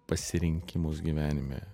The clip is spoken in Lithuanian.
pasirinkimus gyvenime